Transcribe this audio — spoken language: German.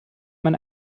man